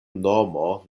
nomo